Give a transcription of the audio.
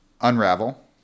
Unravel